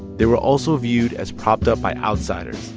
they were also viewed as propped up by outsiders.